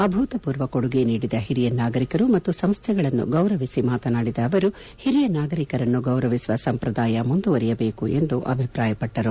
ಅಭೂತಪೂರ್ವ ಕೊಡುಗೆ ನೀಡಿದ ಹಿರಿಯ ನಾಗರಿಕರು ಮತ್ತು ಸಂಸ್ಥೆಗಳನ್ನು ಗೌರವಿಸಿ ಮಾತನಾಡಿದ ಅವರು ಹಿರಿಯ ನಾಗರಿಕರನ್ನು ಗೌರವಿಸುವ ಸಂಪ್ರದಾಯ ಮುಂದುವರಿಯಬೇಕು ಎಂದು ಅಭಿಪ್ರಾಯಪಟ್ಟರು